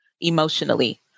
emotionally